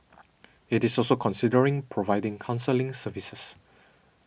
it is also considering providing counselling services